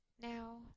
Now